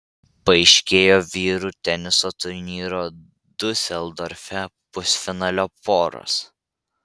paaiškėjo vyrų teniso turnyro diuseldorfe pusfinalio poros